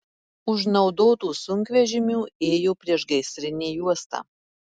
už naudotų sunkvežimių ėjo priešgaisrinė juosta